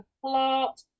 plot